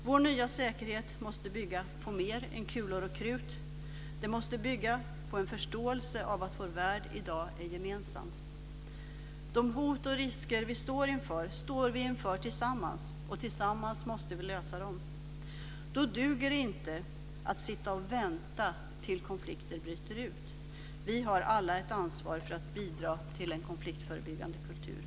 Vår nya säkerhet måste bygga på mer än kulor och krut. Den måste bygga på en förståelse om att vår värld i dag är gemensam. De hot och risker vi står inför står vi inför tillsammans, och tillsammans måste vi lösa dem. Då duger det inte att sitta och vänta tills konflikter bryter ut. Vi har alla ett ansvar för att bidra till en konfliktförebyggande kultur.